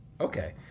Okay